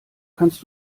kannst